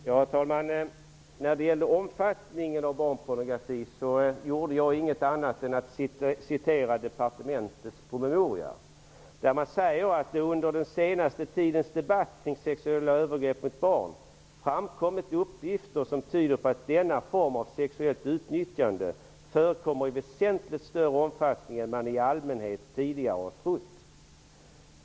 Herr talman! När det gäller omfattningen av barnpornografi gjorde jag inget annat än att citera departementets promemoria. Där sägs att det under den senaste tidens debatt kring sexuella övergrepp mot barn framkommit uppgifter som tyder på att denna form av sexuellt utnyttjande förekommer i väsentligt större omfattning än man i allmänhet tidigare har trott.